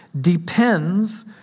depends